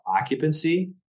occupancy